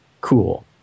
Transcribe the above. cool